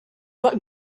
but